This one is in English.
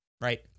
right